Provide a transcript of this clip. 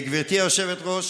גברתי היושבת-ראש,